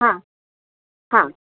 हां हां